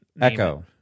Echo